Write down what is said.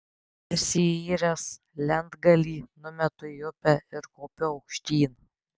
persiyręs lentgalį numetu į upę ir kopiu aukštyn